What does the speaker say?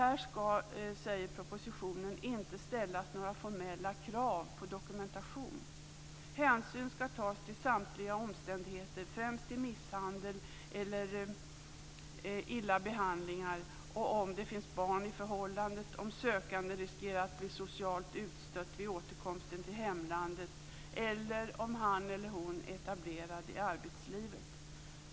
Enligt propositionen ska formella krav inte ställas på dokumentation. Hänsyn ska tas till samtliga omständigheter, främst till misshandel eller illa behandling, om det finns barn i förhållandet, om sökanden riskerar att bli socialt utstött vid återkomsten till hemlandet eller om han eller hon är etablerad i arbetslivet.